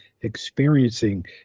experiencing